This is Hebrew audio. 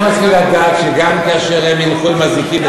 אנחנו צריכים לדעת שגם כאשר הם ילכו עם אזיקים,